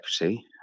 equity